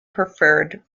preferred